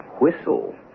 Whistle